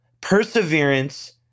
perseverance